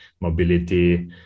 mobility